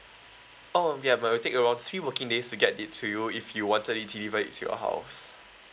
oh ya but I'll take around three working days to get it to you if you wanted it delivered into your house